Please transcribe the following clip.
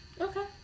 Okay